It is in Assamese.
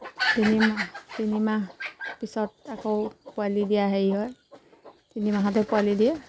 তিনিমাহ তিনিমাহ পিছত আকৌ পোৱালি দিয়া হেৰি হয় তিনিমাহতে পোৱালি দিয়ে